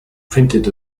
printed